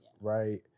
right